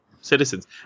citizens